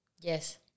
yes